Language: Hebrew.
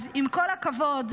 אז עם כל הכבוד,